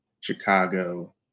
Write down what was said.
Chicago